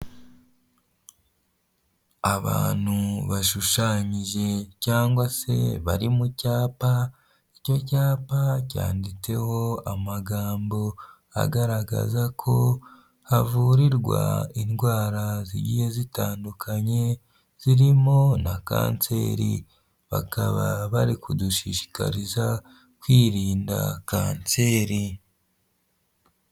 Abantu bashushanyije cyangwa se bari mu cyapa, icyo cyapa cyanditseho amagambo agaragaza ko havurirwa indwara zigiye zitandukanye zirimo na kanseri, bakaba bari kudushishikariza kwirinda kanseri.